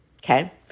Okay